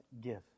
give